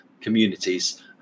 communities